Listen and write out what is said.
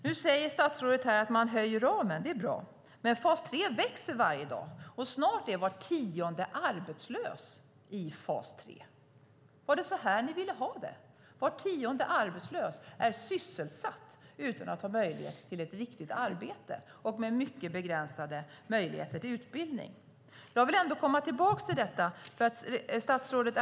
Nu säger statsrådet att man höjer ramen. Det är bra. Men fas 3 växer varje dag, och snart är var tionde arbetslös i fas 3. Var det så här ni ville ha det? Var tionde arbetslös är sysselsatt utan att ha möjlighet till ett riktigt arbete och med mycket begränsade möjligheter till utbildning. Jag vill ändå komma tillbaka till detta.